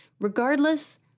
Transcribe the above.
Regardless